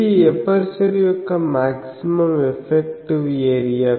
ఇది ఎపర్చరు యొక్క maximum effective area